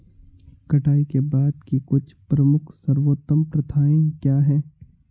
कटाई के बाद की कुछ प्रमुख सर्वोत्तम प्रथाएं क्या हैं?